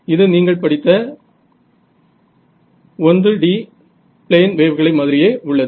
இது நீங்கள் படித்த 1D பிளேன் வேவ்களை மாதிரியே உள்ளது